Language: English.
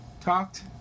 talked